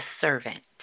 servant